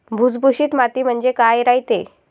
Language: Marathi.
भुसभुशीत माती म्हणजे काय रायते?